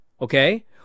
okay